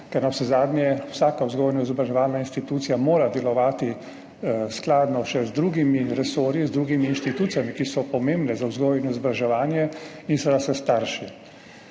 ker navsezadnje mora vsaka vzgojno-izobraževalna institucija delovati skladno še z drugimi resorji, z drugimi inštitucijami, ki so pomembne za vzgojo in izobraževanje, in seveda s starši.